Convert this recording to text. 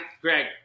Greg